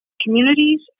communities